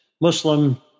Muslim